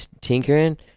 tinkering